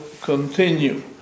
continue